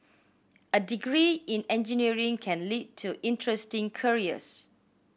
a degree in engineering can lead to interesting careers